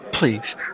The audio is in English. Please